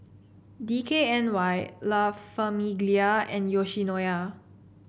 D K N Y La Famiglia and Yoshinoya